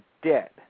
debt